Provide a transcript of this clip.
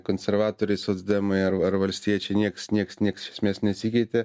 konservatoriai socdemai ar ar valstiečiai nieks nieks nieks iš esmės nesikeitė